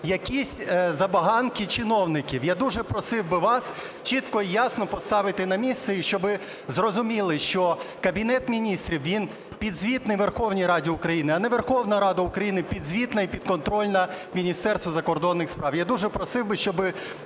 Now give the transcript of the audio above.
якісь забаганки чиновників. Я дуже просив би вас чітко і ясно поставити на місце і щоби зрозуміли, що Кабінет Міністрів, він підзвітний Верховній Раді України, а не Верховна Рада України підзвітна і підконтрольна Міністерству закордонних справ.